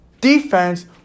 defense